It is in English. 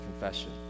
confession